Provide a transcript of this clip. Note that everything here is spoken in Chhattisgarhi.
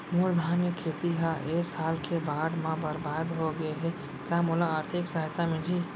मोर धान के खेती ह ए साल के बाढ़ म बरबाद हो गे हे का मोला आर्थिक सहायता मिलही?